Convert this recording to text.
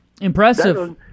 Impressive